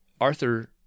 Arthur